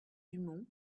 dumont